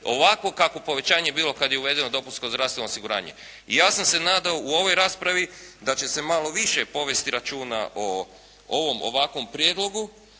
ovakvo kakvo je povećanje bilo kada je uvedeno dopunsko zdravstveno osiguranje. I ja sam se nadao u ovoj raspravi da će se malo više povesti računa o ovom ovakvom prijedlogu.